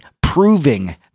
proving